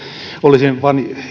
olisin vain